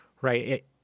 Right